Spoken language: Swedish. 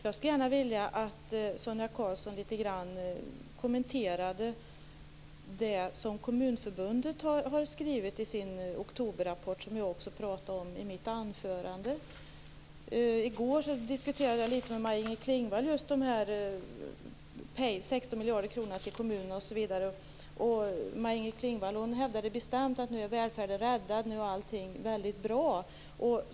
Jag skulle gärna vilja att Sonia Karlsson litet grand kommenterade det som Kommunförbundet har skrivit i sin oktoberrapport, som jag också pratade om i mitt anförande. I går diskuterade jag litet grand med Maj-Inger Klingvall om bl.a. de 16 miljarder kronorna till kommunerna. Hon hävdade bestämt att välfärden nu var räddad och att allting nu är väldigt bra.